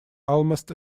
almost